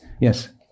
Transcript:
Yes